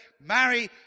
marry